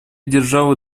державы